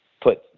put